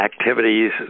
activities